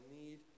need